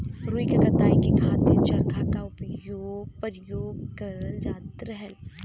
रुई क कताई के खातिर चरखा क परयोग करल जात रहल